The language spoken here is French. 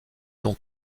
donc